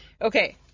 Okay